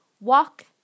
Walk